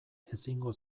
ezingo